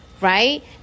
right